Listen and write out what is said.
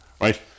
right